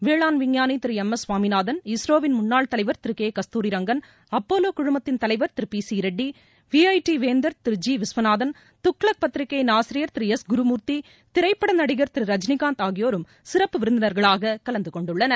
வேளாண் விஞ்ஞானி Thiru M S Swaminathan இஸ்ரோவின் முன்னாள் தலைவர் திரு கே கஸ்தூரி ரங்கள் அப்பல்லோ குழுமத்தின் தலைவர் Thiru P C Reddy V I T வேந்தர் திரு ஜி விஸ்வநாதன் துக்ளக் பத்திரிகையின் ஆசிரியர் திரு எஸ் குருமூர்த்தி திரைப்பட நடிகர் ரஜினிகாந்த் ஆகியோரும் சிறப்பு விருந்தினர்களாக கலந்துகொண்டுள்ளனர்